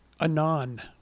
anon